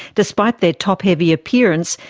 despite their top-heavy appearance,